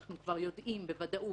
אנחנו כבר יודעים בוודאות,